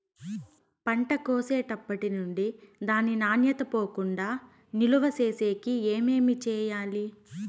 పంట కోసేటప్పటినుండి దాని నాణ్యత పోకుండా నిలువ సేసేకి ఏమేమి చేయాలి?